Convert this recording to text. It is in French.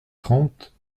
trente